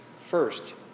first